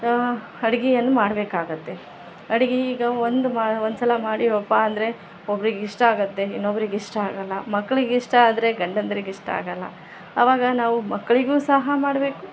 ಅಡುಗೆಯನ್ ಮಾಡಬೇಕಾಗತ್ತೆ ಅಡುಗೆ ಈಗ ಒಂದು ಮಾ ಒಂದುಸಲ ಮಾಡಿವಪ್ಪಾ ಅಂದರೆ ಒಬ್ರಿಗೆ ಇಷ್ಟ ಆಗುತ್ತೆ ಇನ್ನೊಬ್ರಿಗೆ ಇಷ್ಟ ಆಗೊಲ್ಲ ಮಕ್ಳಿಗೆ ಇಷ್ಟ ಆದರೆ ಗಂಡಂದ್ರಿಗೆ ಇಷ್ಟ ಆಗೊಲ್ಲ ಅವಾಗ ನಾವು ಮಕ್ಕಳಿಗೂ ಸಹ ಮಾಡಬೇಕು